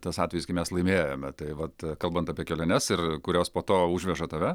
tas atvejis kai mes laimėjome tai vat kalbant apie keliones ir kurios po to užveža tave